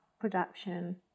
production